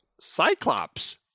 Cyclops